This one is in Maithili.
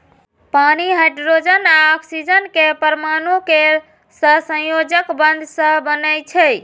पानि हाइड्रोजन आ ऑक्सीजन के परमाणु केर सहसंयोजक बंध सं बनै छै